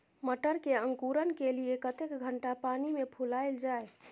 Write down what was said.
मटर के अंकुरण के लिए कतेक घंटा पानी मे फुलाईल जाय?